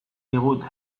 digute